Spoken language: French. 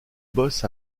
bosses